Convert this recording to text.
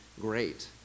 great